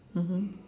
mmhmm